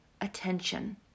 attention